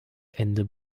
ende